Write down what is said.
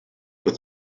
but